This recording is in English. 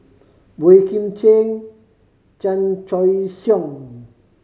Boey Kim Cheng Chan Choy Siong